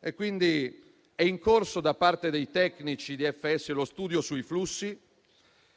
È in corso, da parte dei tecnici di FS, lo studio sui flussi.